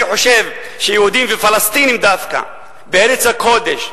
אני חושב שיהודים ופלסטינים, דווקא בארץ הקודש,